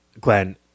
Glenn